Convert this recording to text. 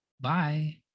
Bye